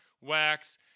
Wax